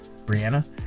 Brianna